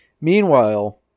Meanwhile